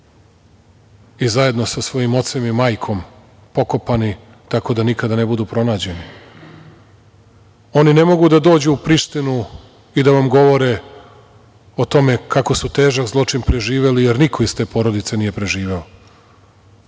i zajedno sa svojim ocem i majkom pokopani, tako da nikada ne budu pronađeni. Oni ne mogu da dođu u Prištinu i da vam govore o tome, kako su težak zločin preživeli, jer niko iz te porodice nije preživeo.